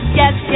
yes